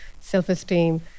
self-esteem